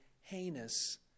heinous